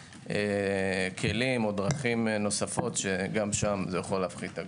כלים ודרכים נוספות שגם שם יכול להפחית.